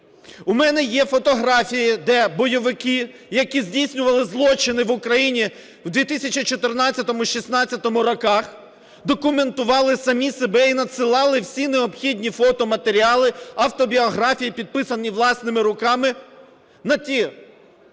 У мене є фотографії, де бойовики, які здійснювали злочини в Україні в 2014-2016 роках, документували самі себе і надсилали всі необхідні фотоматеріали, автобіографії, підписані власними руками, на ті